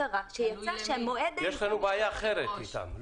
יש לנו בעיה אחרת אתם.